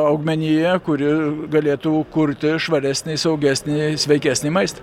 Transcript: augmeniją kuri galėtų kurti švaresnį saugesnį sveikesnį maistą